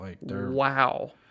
Wow